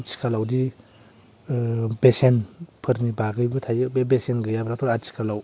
आथिखालावदि बेसेनफोरनि बागैबो थायो बे बेसेन गैयाब्लाथ' आथिखालाव